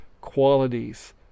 qualities